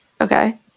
Okay